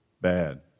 bad